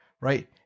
right